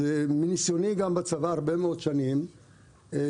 מניסיוני בצבא במשך שנים רבות מאוד,